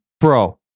bro